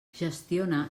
gestiona